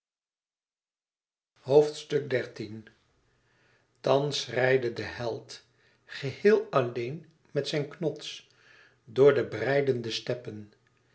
thans schrijdde de held geheel alleen met zijn knots door de breidende steppen